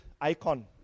icon